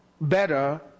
better